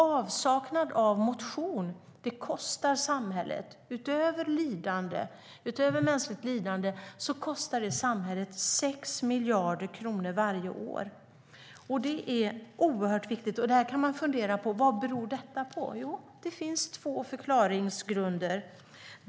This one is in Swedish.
Avsaknad av motion kostar nämligen samhället, utöver mänskligt lidande, 6 miljarder kronor varje år. Det är oerhört viktigt, och man kan fundera på vad det beror på. Jo, det finns två förklaringsgrunder.